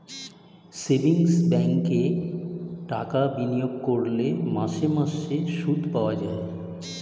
savings ব্যাঙ্কে টাকা বিনিয়োগ করলে মাসে মাসে সুদ পাওয়া যায়